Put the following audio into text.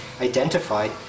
identified